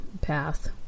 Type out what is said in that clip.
path